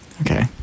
Okay